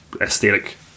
aesthetic